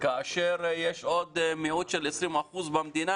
כאשר יש עוד מיעוט של 20% במדינה,